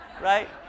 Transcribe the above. right